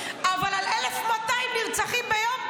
אבל על 1,200 נרצחים ביום,